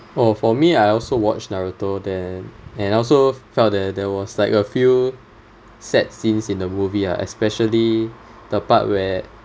oh for me I also watched naruto then and I also felt that there was like a few sad scenes in the movie ah especially the part where